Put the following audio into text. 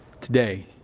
today